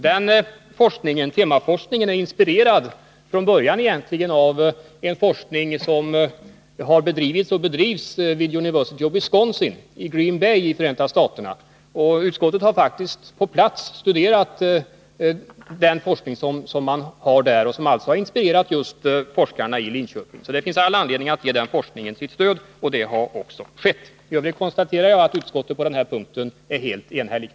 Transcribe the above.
Den temaforskningen är egentligen från början inspirerad av en forskning.som bedrivs vid University of Wisconsin i Green Bay i Förenta staterna, och utskottet har faktiskt på plats studerat denna. Man har alltså all anledning att ge den forskningen sitt stöd, och det har också skett. I övrigt konstaterar jag att utskottet på den här punkten är helt enhälligt.